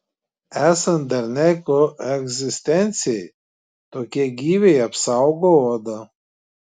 esant darniai koegzistencijai tokie gyviai apsaugo odą